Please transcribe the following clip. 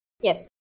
yes